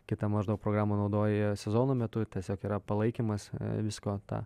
kitą maždaug programą naudoja sezono metu tiesiog yra palaikymas visko ta